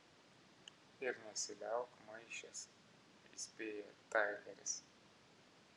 ir nesiliauk maišęs įspėja taileris